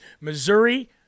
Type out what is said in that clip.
Missouri